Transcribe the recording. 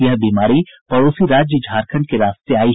यह बीमारी पड़ोसी राज्य झारखंड के रास्ते आयी है